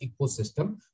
ecosystem